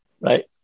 right